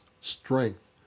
strength